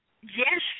Yes